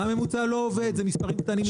הממוצע לא עובד, זה מספרים קטנים מדיי.